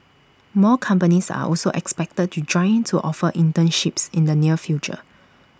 more companies are also expected to join in to offer internships in the near future